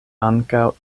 ankaŭ